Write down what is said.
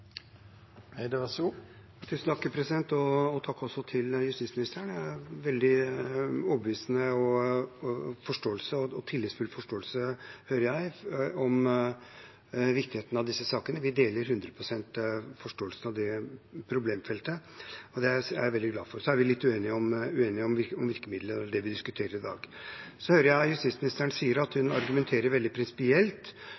Takk til justisministeren. Hun har en veldig overbevisende og tillitsfull forståelse av viktigheten av disse sakene, hører jeg. Vi deler hundre prosent forståelsen av det problemfeltet, og det er jeg veldig glad for. Så er vi litt uenige om virkemiddelet – det vi diskuterer i dag. Jeg hører at justisministeren argumenterer veldig prinsipielt mot at